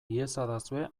iezadazue